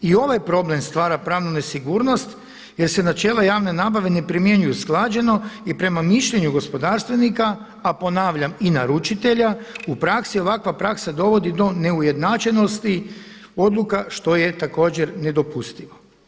I ovaj problem stvara pravnu nesigurnost jer se načela javne nabave ne primjenjuju usklađeno i prema mišljenju gospodarstvenika a ponavljam i naručitelja u praksi ovakva praksa dovodi do neujednačenosti odluka što je također nedopustivo.